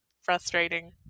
Frustrating